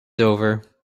over